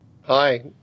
Hi